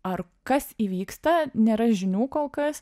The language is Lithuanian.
ar kas įvyksta nėra žinių kol kas